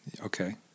Okay